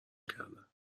کردن